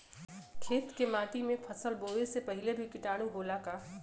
खेत के माटी मे फसल बोवे से पहिले भी किटाणु होला का?